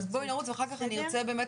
אז בואי נרוץ ואחר כך אני ארצה באמת